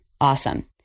Awesome